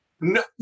No